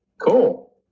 cool